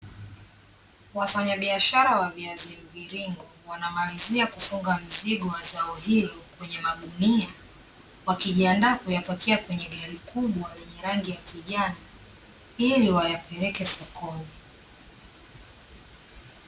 Wafanya biashara wa viazi mviringo, wanamalizia kufunga mzigo wa zao hilo kwenye magunia, wakijiandaa kuyapakia kwenye gari kubwa lenye rangi ya kijani ili wayapeleke sokoni.